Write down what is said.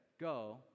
Go